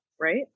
Right